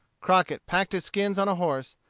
crockett packed his skins on a horse,